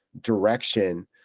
direction